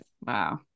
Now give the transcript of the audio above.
Wow